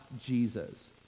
Jesus